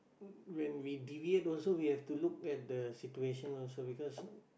when we deviate also we have to look at situation also because